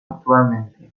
actualmente